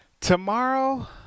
Tomorrow